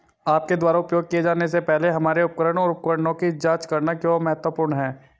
आपके द्वारा उपयोग किए जाने से पहले हमारे उपकरण और उपकरणों की जांच करना क्यों महत्वपूर्ण है?